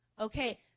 Okay